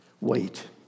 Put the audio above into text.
wait